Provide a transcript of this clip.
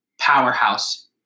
powerhouse